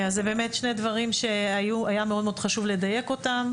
אלה שני דברים שהיה מאוד מאוד חשוב לדייק אותם.